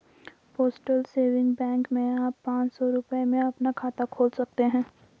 postal saving bank में आप पांच सौ रूपये में अपना खाता खोल सकते हैं